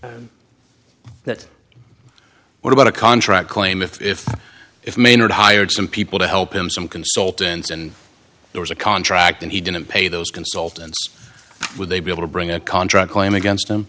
that what about a contract claim if if maynard hired some people to help him some consultants and there was a contract and he didn't pay those consultants would they be able to bring a contract claim against